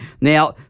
Now